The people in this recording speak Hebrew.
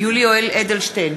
יולי יואל אדלשטיין,